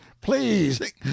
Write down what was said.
please